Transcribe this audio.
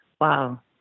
wow